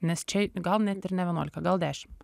nes čia gal net ir ne vienuolika gal dešimt